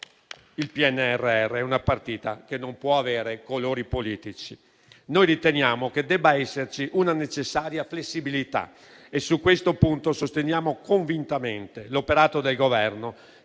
il PNRR è una partita che non può avere colori politici. Noi riteniamo che debba esserci una necessaria flessibilità. E su questo punto sosteniamo convintamente l'operato del Governo,